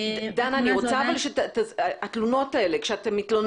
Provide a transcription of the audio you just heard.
דנה, מה קורה עם התלונות שלכם?